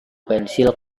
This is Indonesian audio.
pensil